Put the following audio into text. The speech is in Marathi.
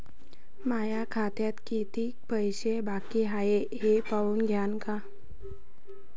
माया खात्यात कितीक पैसे बाकी हाय हे पाहून द्यान का?